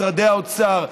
משרדי האוצר,